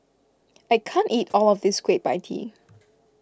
I can't eat all of this Kueh Pie Tee